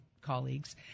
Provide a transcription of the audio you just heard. colleagues